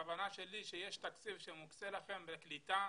הכוונה שלי שיש תקציב שמוקצה לכם לקליטה,